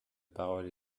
parole